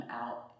out